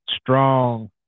strong